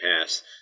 past